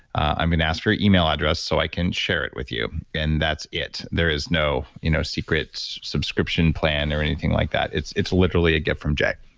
i'm going to ask for your email address so i can share it with you. and that's it. there is no you know secret subscription plan or anything like that. it's it's literally a gift from jay.